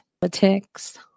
politics